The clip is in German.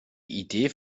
idee